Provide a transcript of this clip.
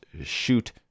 shoot